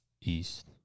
East